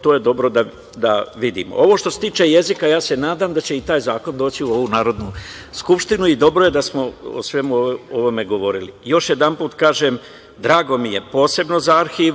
To je dobro da vidimo. Što se tiče jezika, ja se nadam da će i taj zakon doći u ovu Narodnu skupštinu i dobro je da smo o svemu ovome govorili. Još jedanput kažem, drago mi je posebno za arhiv,